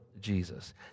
Jesus